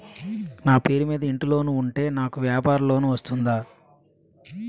నా పేరు మీద ఇంటి లోన్ ఉంటే నాకు వ్యాపార లోన్ వస్తుందా?